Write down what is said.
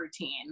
routine